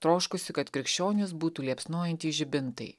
troškusi kad krikščionys būtų liepsnojantys žibintai